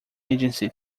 agency